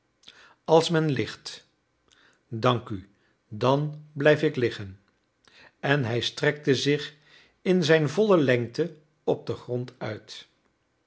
als men ligt dank u dan blijf ik liggen en hij strekte zich in zijne volle lengte op den grond uit